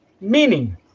Meaning